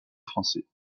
français